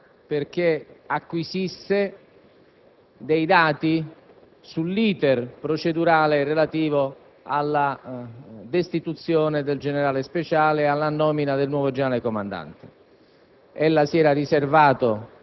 alla sua persona affinché acquisisse dei dati sull'*iter* procedurale relativo alla destituzione del generale Speciale e alla nomina del nuovo generale comandante.